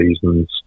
seasons